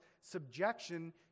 subjection